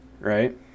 Right